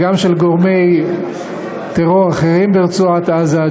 וגם של גורמי טרור אחרים ברצועת-עזה,